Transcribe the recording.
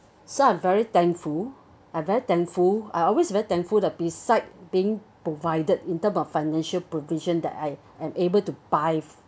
so I'm very thankful I'm very thankful I always very thankful the besides being provided in term of financial provision that I I am able to buy